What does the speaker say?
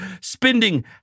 spending